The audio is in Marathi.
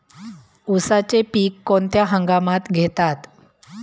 उसाचे पीक कोणत्या हंगामात घेतात?